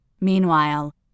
Meanwhile